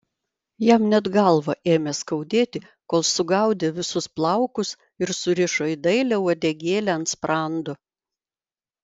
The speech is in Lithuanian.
jam net galvą ėmė skaudėti kol sugaudė visus plaukus ir surišo į dailią uodegėlę ant sprando